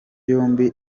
yombi